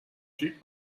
xic